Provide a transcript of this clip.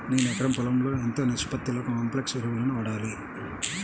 నేను ఎకరం పొలంలో ఎంత నిష్పత్తిలో కాంప్లెక్స్ ఎరువులను వాడాలి?